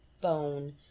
bone